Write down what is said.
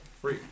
Free